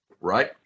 right